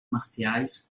marciais